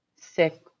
sick